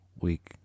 week